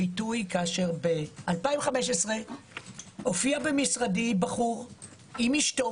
ב-2015 הופיע במשרדי בחור עם אשתו